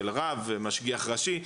של רב ומשגיח ראשי.